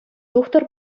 тухтӑр